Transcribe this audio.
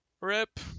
rip